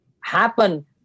happen